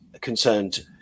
concerned